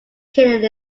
killing